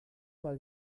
mal